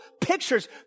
pictures